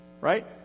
right